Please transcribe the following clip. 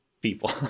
people